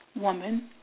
woman